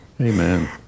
Amen